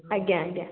ଆଜ୍ଞା ଆଜ୍ଞା